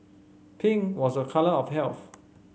pink was a colour of health